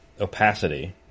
opacity